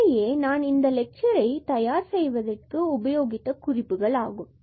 இவையே நான் இந்த லெட்சரை தயார் செய்வதற்கு உபயோகித்த குறிப்புகள் ஆகும்